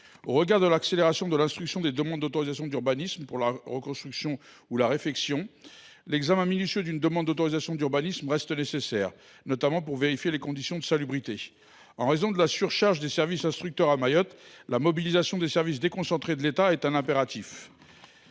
concerne l’accélération de l’instruction des demandes d’autorisation d’urbanisme pour la reconstruction ou la réfection, l’examen minutieux d’une demande d’autorisation d’urbanisme reste nécessaire, notamment pour examiner la salubrité du projet. En raison de la surcharge des services instructeurs à Mayotte, la mobilisation des services déconcentrés de l’État est un impératif.